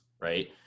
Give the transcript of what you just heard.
right